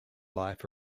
life